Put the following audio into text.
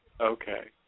Okay